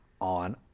on